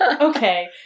Okay